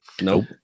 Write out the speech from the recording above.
nope